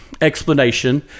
explanation